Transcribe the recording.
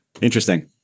interesting